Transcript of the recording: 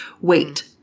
wait